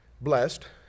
blessed